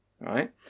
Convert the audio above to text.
right